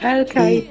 okay